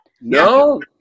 No